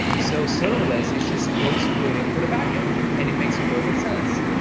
so serverless is just code splitting for the backend, and it makes perfect sense.